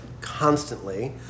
constantly